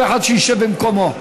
כל אחד שישב במקומו.